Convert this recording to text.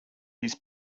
his